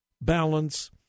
balance